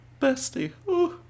Bestie